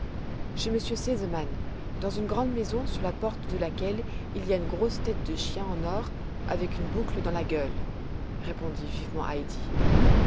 chez m r sesemann dans une grande maison sur la porte de laquelle il y a une grosse tête de chien en or avec une boucle dans la gueule répondit vivement heidi